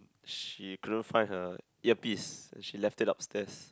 she couldn't find her earpiece and she left it upstairs